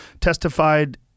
testified